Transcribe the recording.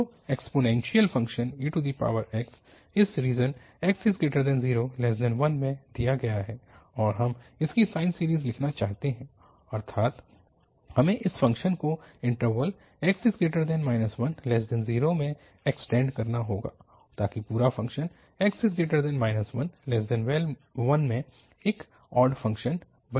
तो exponential function ex इस region 0x1 में दिया गया है और हम इसकी साइन सीरीज़ लिखना चाहते हैं अर्थात हमें इस फ़ंक्शन को इन्टरवल 1x0 में एक्सटेंड करना होगा ताकि पूरा फ़ंक्शन 1x1 में एक ऑड फ़ंक्शन बन जाता है